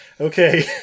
Okay